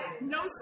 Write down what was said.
No